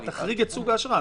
תחריג את סוג האשרה.